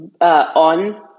On